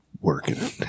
Working